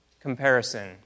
Comparison